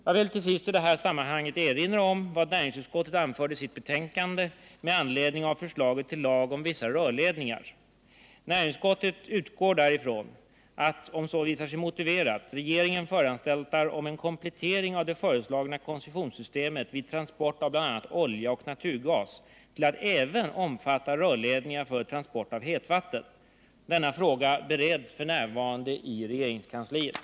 Jag vill till sist i detta sammanhang erinra om vad näringsutskottet anförde i sitt betänkande med anledning av förslaget till lag om vissa rörledningar, m.m. Näringsutskottet utgår från att, om så visar sig motiverat, regeringen föranstaltar om en komplettering av det föreslagna koncessionssystemet vid transport av bl.a. olja och naturgas till att även omfatta rörledningar för transport av hetvatten. Denna fråga bereds f. n. i regeringskansliet.